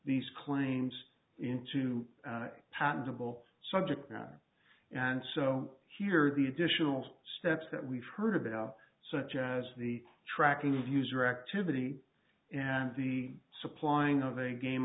these claims into patentable subject matter and so here the additional steps that we've heard about such as the tracking of user activity and the supplying of a game